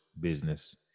business